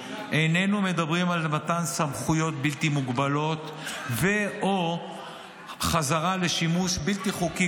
איננו מדברים על מתן סמכויות בלתי מוגבלות ו/או חזרה לשימוש בלתי חוקי,